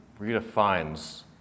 redefines